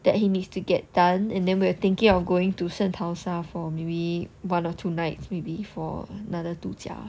that he needs to get done and then we're thinking of going to 圣淘沙 for maybe one or two nights maybe for another 度假